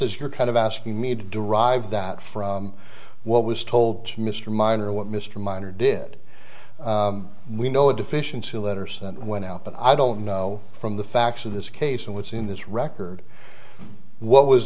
as you're kind of asking me to derive that from what was told to mr minor what mr minor did we know a deficiency letter sent went out but i don't know from the facts of this case and what's in this record what was